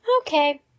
Okay